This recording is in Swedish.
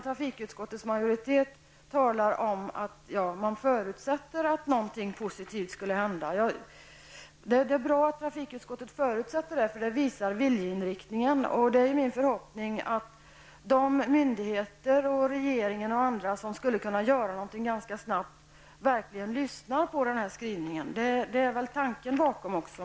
Trafikutskottets majoritet däremot förutsätter att någonting positivt kommer att hända. Det är i och för sig bra, för det visar vilken viljeinriktning man har. Det är min förhoppning att de myndigheter och t.ex. regeringen som skulle kunna göra någonting ganska snart verkligen tar fasta på utskottets skrivning -- och det är väl också tanken bakom denna.